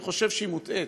אני חושב שהיא מוטעית,